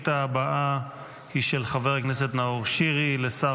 השאילתה הבאה היא של חבר הכנסת נאור שירי לשר